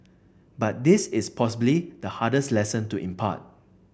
but this is possibly the hardest lesson to impart